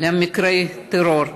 למקרי הטרור.